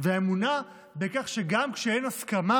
האמונה בכך שגם כשאין הסכמה,